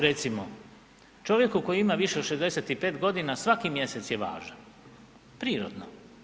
Recimo, čovjeku koji ima više od 65 g., svaki mjesec je važan, prirodno.